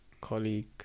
Colleague